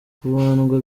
kubandwa